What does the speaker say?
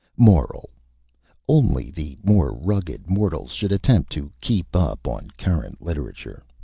moral only the more rugged mortals should attempt to keep up on current literature.